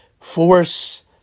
Force